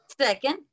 Second